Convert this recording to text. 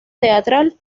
teatral